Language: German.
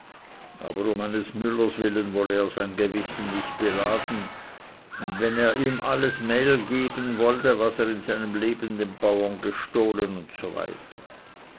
aber um eines müllers willen wolle er sein gewissen nicht beladen und wenn er ihm alles mehl geben wollte was er in seinem leben den bauren gestohlen usw